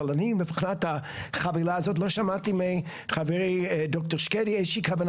אבל אני מבחינת החבילה הזאת לא שמעתי מחברי ד"ר שקדי איזושהי כוונה,